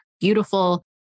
beautiful